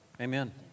Amen